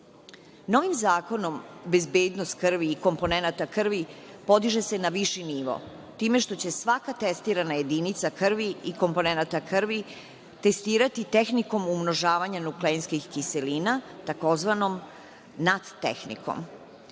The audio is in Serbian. Novim zakonom bezbednost krvi i komponenata krvi podiže se na viši nivo time što će se svaka testirana jedinica krvi i komponenata krvi testirati tehnikom umnožavanja nukleinskih kiselina tzv. NAT tehnikom.